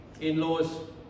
in-laws